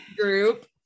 group